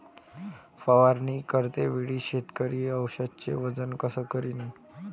फवारणी करते वेळी शेतकरी औषधचे वजन कस करीन?